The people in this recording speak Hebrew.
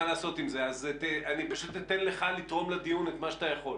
אני פשוט אתן לך לתרום לדיון את מה שאתה יכול.